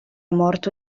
morto